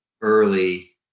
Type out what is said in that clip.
early